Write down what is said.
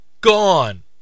gone